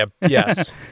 yes